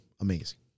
amazing